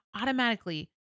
automatically